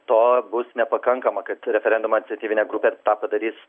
to bus nepakankama kad referendumo iniciatyvinė grupė tą padarys